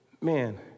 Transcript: man